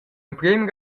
emprem